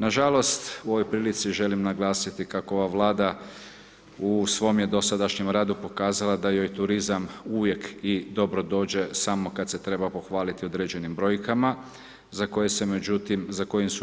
Na žalost, u ovoj prilici želim naglasiti kako ova Vlada u svom je dosadašnjem radu pokazala da joj turizam uvijek i dobro dođe samo kad se treba pohvaliti određenim brojkama, za koje su